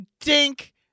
dink